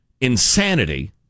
insanity